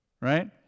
right